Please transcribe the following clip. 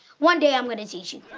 one day i'm gonna teach you.